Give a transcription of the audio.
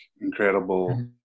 incredible